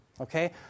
Okay